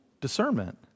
discernment